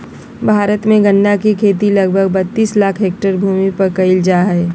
भारत में गन्ना के खेती लगभग बत्तीस लाख हैक्टर भूमि पर कइल जा हइ